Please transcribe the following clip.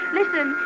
Listen